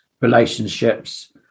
relationships